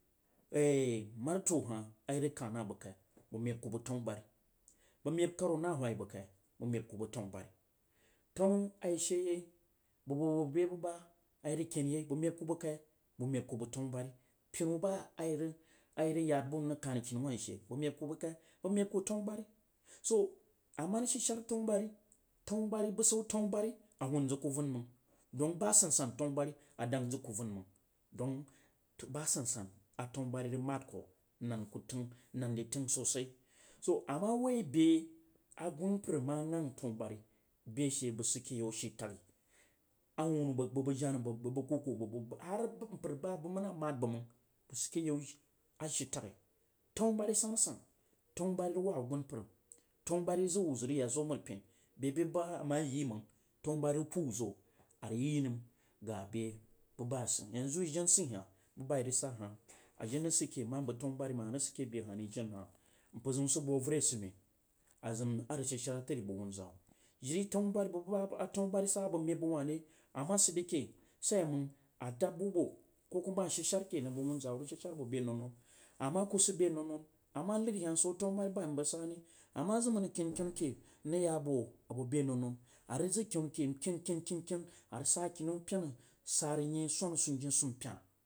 marto a ri rag kan hal bag kai? Bag me ku bag tanubari bag meh kaoeu ba tanubari bag meh kaoru a nah whai bəg kai? Bag meh bag ku bag tanubari tana bu ba ishe ye bəg bəg bəg lenu ba irag ken hah bag meb ku bag kai? Əg meb ku bah tanubari pinu ba ivah yad bu n rag kan akini wah rishe bag mah ku sag kai bag meb kubag tanubari so a ma sid shad dha tanubari ba san san tanubari a deng zag ku vinmang dong ba sansan a tanubari bag maf ko nan dzi tang nen kutan ran sosai so, a ma wio be asumpa ma gang tanubari beshe bag sid ke yam aghil tashe wuna bag bəg jena bəg bəg bəg kuku bəg har bag mənəm mead bəg mang sid ke yau ashi task tambari sansan, tanubari rag wab asumpa tenu bari ri zahwa zag rag ta zi mariepn bebu ba aman yi mang tanubiri ras puu wu zo ga be ba a sid yei. Yanzu iden sih hah buba i rag sa hah ajen rag sid kema bag tanubari mang arid sid ke behavri jen hah, mpar zaun si bo wure a sid men azim ards shaf shar tari bəg bu ba tenu sa a bag maeb bag wuh ri ama sid re ken wso awai buba ko kuma rəg shed shar abo be ana non ama ku sid be anonon, ama nari hah wso tanubari bam hah bəg bag sane? Ama zim arad arags ken kenu ke nrasg. Ya bo abo be aninnin avəg sa kinnanu pwna sara nyein swana sunjein sun pena.